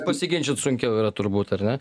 pasiginčyt sunkiau yra turbūt ar ne